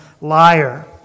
liar